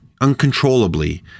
uncontrollably